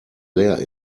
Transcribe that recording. leer